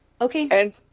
Okay